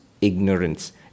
ignorance